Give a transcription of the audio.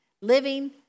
living